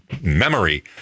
memory